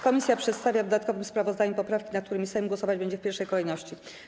Komisja przedstawia w dodatkowym sprawozdaniu poprawki, nad którymi Sejm głosować będzie w pierwszej kolejności.